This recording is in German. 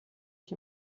ich